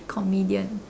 comedian